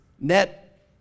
net